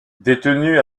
détenu